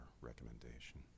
recommendation